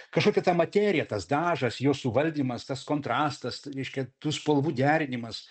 kažkokia ta materija tas dažas jos suvaldymas tas kontrastas reiškia tu spalvų derinimas